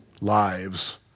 lives